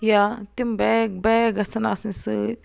یا تِم بیگ بیگ گَژھن آسٕنۍ سۭتۍ